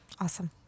Awesome